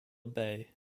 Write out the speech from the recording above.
bay